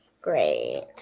Great